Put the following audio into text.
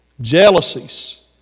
Jealousies